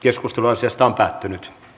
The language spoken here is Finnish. keskustelu päättyi